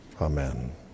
Amen